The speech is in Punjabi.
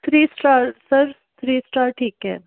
three star sir three star ਠੀਕ ਹੈ